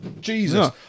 Jesus